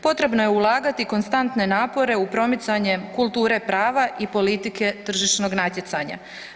Potrebno je ulagati konstantne napore u promicanje kulture prava i politike tržišnog natjecanja.